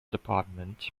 department